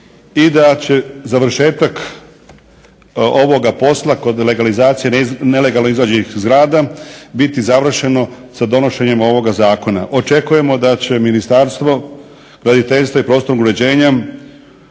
i da će završetak ovoga posla kod legalizacije nelegalizirajućih zgrada biti završeno sa donošenjem ovog zakona. Očekujemo da će Ministarstvo graditeljstva i prostornog uređenja